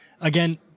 Again